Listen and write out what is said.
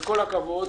כל הכבוד,